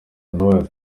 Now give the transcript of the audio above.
imbabazi